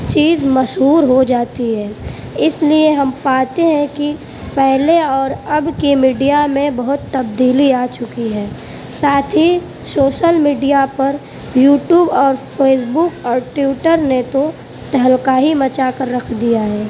چیز مشہور ہو جاتی ہے اس لئے ہم پاتے ہیں کہ پہلے اور اب کے میڈیا میں بہت تبدیلی آ چکی ہے ساتھ ہی سوشل میڈیا پر یوٹیوب اور فیس بک اور ٹویٹر نے تو تہلکہ ہی مچا کر رکھ دیا ہے